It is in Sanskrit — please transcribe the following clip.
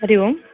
हरि ओम्